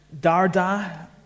Darda